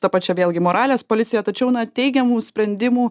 ta pačia vėlgi moralės policija tačiau na teigiamų sprendimų